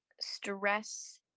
stress